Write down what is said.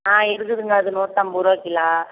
ஆ இருக்குதுங்க அது நூற்றம்பது ரூபா கிலோ